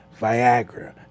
Viagra